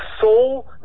soul